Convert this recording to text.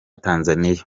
tanzania